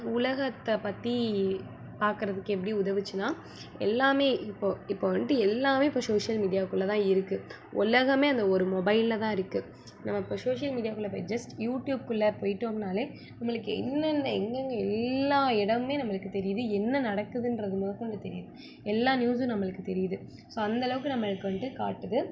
உலகத்தை பற்றி பார்க்கறதுக்கு எப்படி உதவுச்சுன்னா எல்லாமே இப்போது இப்போது வந்துட்டு எல்லாமே இப்போ சோஷியல் மீடியாவுக்குள்ளதான் இருக்குது உலகமே அந்த ஒரு மொபைலில் தான் இருக்குது நம்ம இப்போ சோஷியல் மீடியாவுக்குள்ள போய் ஜஸ்ட் யூடியூபுக்குள்ள போய்விட்டோம்னாலே நம்மளுக்கு என்னென்ன எங்கெங்கே எல்லா இடமுமே நம்மளுக்கு தெரியுது என்ன நடக்குதுன்றது முதக்கொண்டு தெரியுது எல்லா நியூஸும் நம்மளுக்கு தெரியுது ஸோ அந்தளவுக்கு நம்மளுக்கு வந்துட்டு காட்டுது